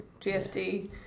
gfd